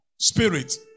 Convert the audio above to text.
spirit